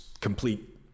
complete